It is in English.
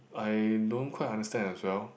I don't quite understand as well